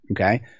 okay